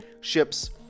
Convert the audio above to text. ships